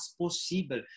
possível